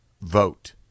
vote